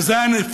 וזה היה פנטסטי,